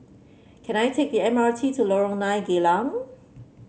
can I take the M R T to Lorong Nine Geylang